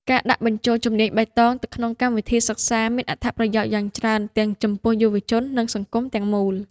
ការដាក់បញ្ចូលជំនាញបៃតងទៅក្នុងកម្មវិធីសិក្សាមានអត្ថប្រយោជន៍យ៉ាងច្រើនទាំងចំពោះយុវជននិងសង្គមទាំងមូល។